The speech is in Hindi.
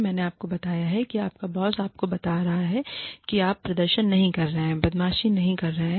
मैंने आपको बताया है कि आपका बॉस आपको बता रहा है कि आप प्रदर्शन नहीं कर रहे हैं बदमाशी नहीं कर रहा है